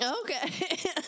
Okay